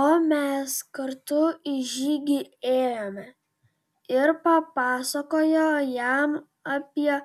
o mes kartu į žygį ėjome ir papasakojo jam apie